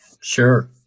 Sure